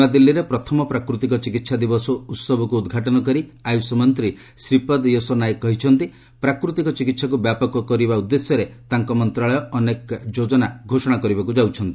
ନୂଆଦିଲ୍ଲୀରେ ପ୍ରଥମ ପ୍ରାକୃତିକ ଚିକିତ୍ସା ଦିବସ ଉତ୍ସବକୁ ଉଦ୍ଘାଟନ କରି ଆୟୁଷ ମନ୍ତ୍ରୀ ଶ୍ରୀପଦ ୟେସୋ ନାଏକ କହିଛନ୍ତି ପ୍ରାକୃତିକ ଚିକିତ୍ସାକୁ ବ୍ୟାପକ କରିବା ଉଦ୍ଦେଶ୍ୟରେ ତାଙ୍କ ମନ୍ତ୍ରଣାଳୟ ଅନେକ ଯୋନାର ଘୋଷଣା କରିବାକୁ ଯାଉଛନ୍ତି